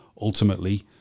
ultimately